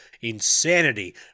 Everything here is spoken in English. insanity